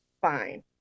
Fine